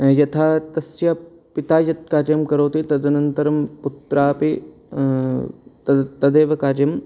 यथा कस्य पिता यत् कार्यं करोति तदनन्तरं पुत्रोपि तदेव कार्यं